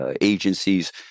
agencies